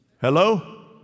Hello